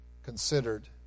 considered